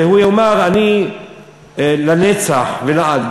והוא יאמר: אני לנצח ולעד.